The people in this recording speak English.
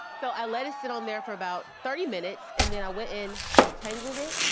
so i let it sit on there for about thirty minutes and then i went in, detangled it.